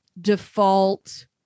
default